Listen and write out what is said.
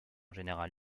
général